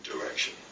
direction